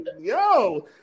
yo